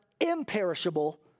imperishable